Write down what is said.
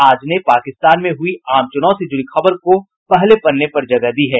आज ने पाकिस्तान में हुई आम चुनाव से जुड़ी खबर को पहले पन्ने पर जगह दी है